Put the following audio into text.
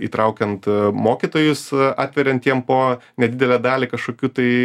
įtraukiant mokytojus atveriant jiem po nedidelę dalį kažkokių tai